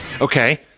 Okay